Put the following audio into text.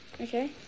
Okay